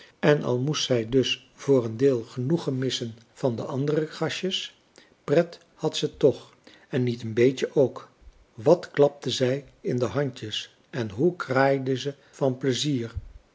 en al moest zij dus voor françois haverschmidt familie en kennissen een deel het genoegen missen van de andere gastjes pret had ze toch en niet een beetje ook wat klapte zij in de handjes en hoe kraaide ze van pleizier